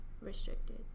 restricted